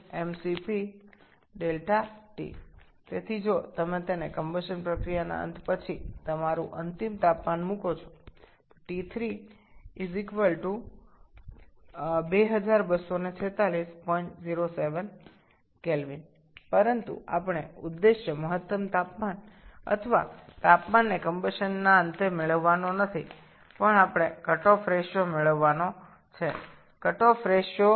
𝑚𝑓 × 𝐶𝑉 𝑚𝑐𝑝 𝑑𝑇 সুতরাং যদি আপনি দহন প্রক্রিয়া শেষে এটির জন্য আপনার চূড়ান্ত তাপমাত্রা বসান T3 224607 K তবে আমাদের উদ্দেশ্য সর্বাধিক তাপমাত্রা বা দহন শেষ তাপমাত্রা পাওয়া নয় বরং আমাদের কাট অফ অনুপাত পেতে হবে